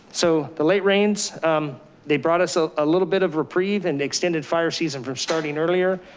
so the late rains they brought us a ah little bit of reprieve and extended fire season from starting earlier.